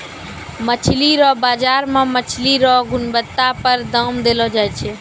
मछली रो बाजार मे मछली रो गुणबत्ता पर दाम देलो जाय छै